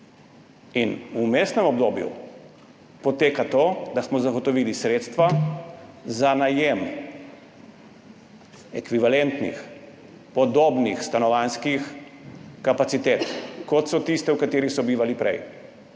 V vmesnem obdobju poteka to, da smo zagotovili sredstva za najem ekvivalentnih, podobnih stanovanjskih kapacitet, kot so tiste, v katerih so bivali prej.